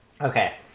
okay